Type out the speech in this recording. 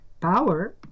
power